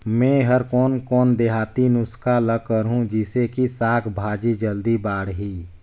मै हर कोन कोन देहाती नुस्खा ल करहूं? जिसे कि साक भाजी जल्दी बाड़ही?